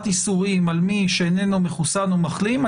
איסורים על מי שאיננו מחוסן או מחלים,